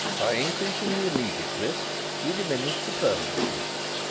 by increasing the immediate risk we diminish the permanent risk.